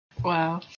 Wow